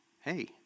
Hey